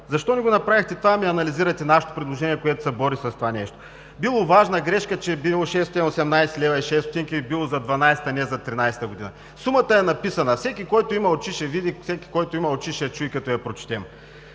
Защо не го направихте това, а анализирате нашето предложение, което се бори с това нещо? Било важна грешка, че било 618,06 лв. за 2012 г., а не за 2013 г. Сумата е написана – всеки, който има очи ще види, всеки, който има уши, ще я чуе като я прочете.